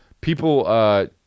people